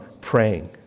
praying